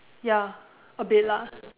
ya a bit lah